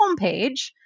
homepage